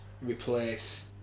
replace